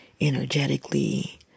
energetically